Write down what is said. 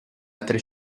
altre